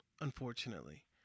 unfortunately